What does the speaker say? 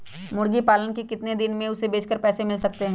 मुर्गी पालने से कितने दिन में हमें उसे बेचकर पैसे मिल सकते हैं?